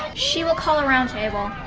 she will call a roundtable.